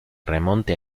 remonte